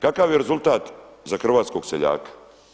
Kakav je rezultat za hrvatskog seljaka?